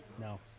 No